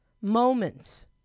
moments